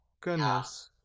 goodness